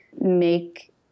make